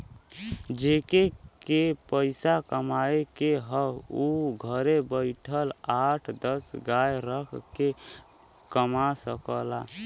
जेके के पइसा कमाए के हौ उ घरे बइठल आठ दस गाय रख के कमा सकला